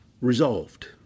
resolved